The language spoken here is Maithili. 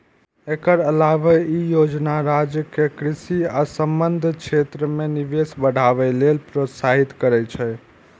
एकर अलावे ई योजना राज्य कें कृषि आ संबद्ध क्षेत्र मे निवेश बढ़ावे लेल प्रोत्साहित करै छै